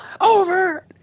Over